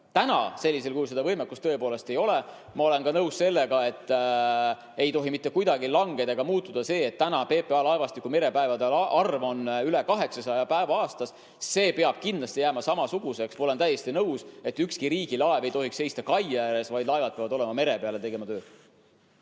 Täna sellisel kujul seda võimekust tõepoolest ei ole. Ma olen ka nõus sellega, et ei tohi mitte kuidagi langeda ega muutuda see, et praegu on PPA laevastiku merepäevade arv üle 800 päeva aastas. See peab kindlasti jääma samasuguseks. Ma olen täiesti nõus, et ükski riigi laev ei tohiks seista kai ääres, vaid laevad peavad olema mere peal ja tegema tööd.